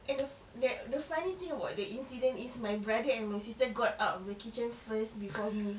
and if that the funny thing about the incident is my brother and my sister got out of the kitchen first before me